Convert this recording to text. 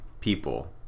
people